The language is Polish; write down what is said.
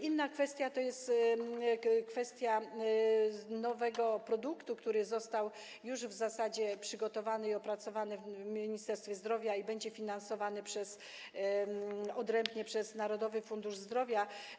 Inna kwestia to jest kwestia nowego produktu, który został już w zasadzie przygotowany i opracowany w Ministerstwie Zdrowia, i będzie finansowany odrębnie przez Narodowy Fundusz Zdrowia.